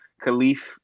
Khalif